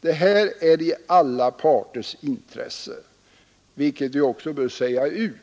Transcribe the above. Detta är i alla parters intresse, vilket också bör sägas ut.